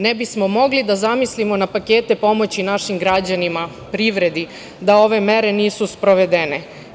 Ne bismo mogli da zamislimo na pakete pomoći našim građanima, privredi, da ove mere nisu sprovedene.